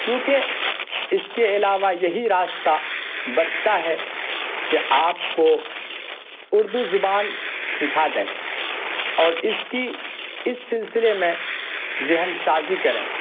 کیونکہ اس کے علاوہ یہی راستہ بچتا ہے کہ آپ کو اردو زبان سکھا دیں اور اس کی اس سلسلے میں ذہن سازی کریں